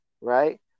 right